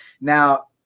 Now